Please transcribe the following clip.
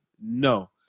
No